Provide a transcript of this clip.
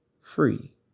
free